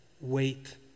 wait